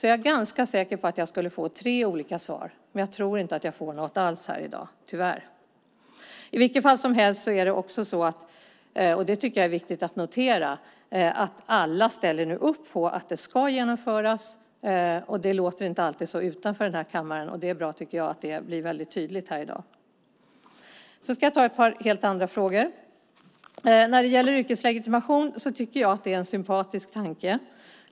är jag ganska säker på att jag skulle få tre olika svar. Men jag tror tyvärr inte att jag får något alls här i dag. Det är viktigt att notera att alla nu ställer upp på att det ska genomföras. Det låter inte alltid så utanför den här kammaren. Det är bra att det blir väldigt tydligt här i dag. Jag ska ta upp ett par andra frågor. Jag tycker att förslaget om yrkeslegitimation är en sympatisk tanke.